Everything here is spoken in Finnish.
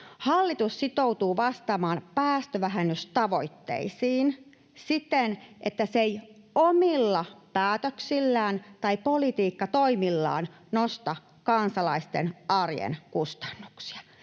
”Hallitus sitoutuu vastaamaan päästövähennystavoitteisiin siten, että se ei omilla päätöksillään tai politiikkatoimillaan nosta kansalaisten arjen kustannuksia